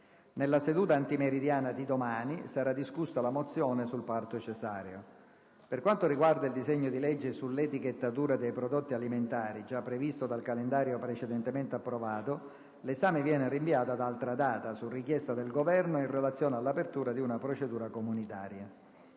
Nella seduta antimeridiana di domani saranno discusse le mozioni sul parto cesareo. Per quanto riguarda il disegno di legge sull'etichettatura dei prodotti alimentari, già previsto dal calendario precedentemente approvato, l'esame viene rinviato ad altra data, su richiesta del Governo in relazione all'apertura di una procedura comunitaria.